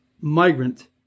migrant